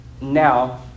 now